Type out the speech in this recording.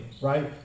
right